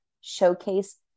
showcase